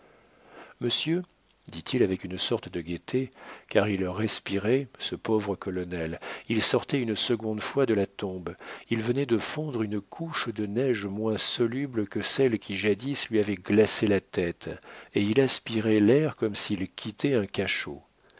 monsieur dit-il avec une sorte de gaieté car il respirait ce pauvre colonel il sortait une seconde fois de la tombe il venait de fondre une couche de neige moins soluble que celle qui jadis lui avait glacé la tête et il aspirait l'air comme s'il quittait un cachot